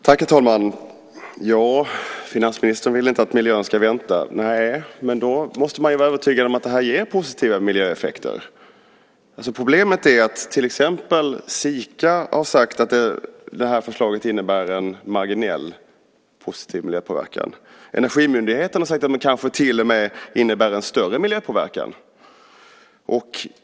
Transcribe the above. Herr talman! Finansministern vill inte att miljön ska vänta. Nej, men då måste man vara övertygad om att det här ger positiva miljöeffekter. Problemet är att till exempel Sika har sagt att det här förslaget innebär en marginell positiv miljöpåverkan. Energimyndigheten har sagt att det kanske till och med innebär en större miljöpåverkan.